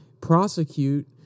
prosecute